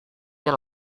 dia